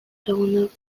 ezagunak